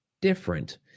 different